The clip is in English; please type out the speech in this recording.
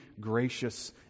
gracious